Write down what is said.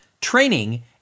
training